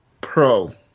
Pro